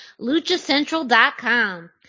LuchaCentral.com